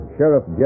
Sheriff